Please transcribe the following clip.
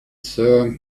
sur